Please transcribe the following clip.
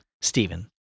Stephen